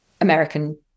American